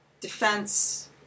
defense